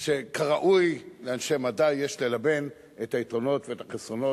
באמת שכראוי לאנשי מדע יש ללבן את היתרונות ואת החסרונות.